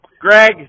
Greg